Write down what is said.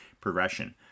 progression